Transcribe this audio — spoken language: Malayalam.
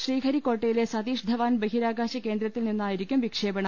ശ്രീഹരിക്കോട്ടയിലെ സതീ ഷ്ധ വാൻ ബഹി രാ കാശ കേന്ദ്രത്തിൽ നിന്നായി രിക്കും വിക്ഷേപണം